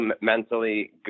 mentally